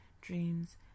dreams